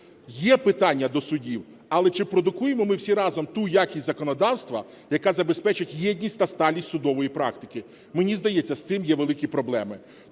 Є питання до судів, але чи продукуємо ми всі разом ту якість законодавства, яка забезпечить єдність та сталість судової практики? Мені здається, з цим є великі проблеми.